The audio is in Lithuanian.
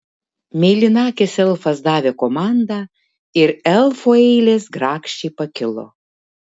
mėlynakis elfas davė komandą ir elfų eilės grakščiai pakilo